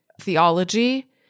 theology